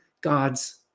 God's